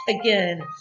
Again